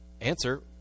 Answer